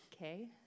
Okay